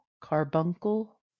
carbuncle